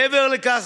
מעבר לכך,